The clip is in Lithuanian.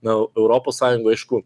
na eu europos sąjunga aišku